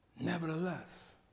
Nevertheless